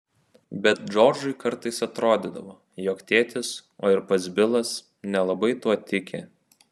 bet džordžui kartais atrodydavo jog tėtis o ir pats bilas nelabai tuo tiki